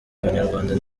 abanyarwanda